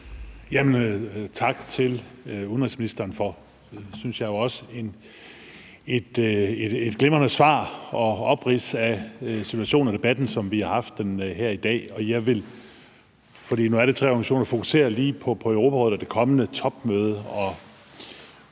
Tak til udenrigsministeren for et, synes jeg også, glimrende svar og oprids af situationen og den debat, som vi har haft her i dag. Nu er det tre organisationer, og jeg vil lige fokusere på Europarådet og det kommende topmøde.